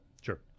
Sure